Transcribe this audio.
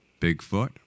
Bigfoot